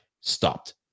Stopped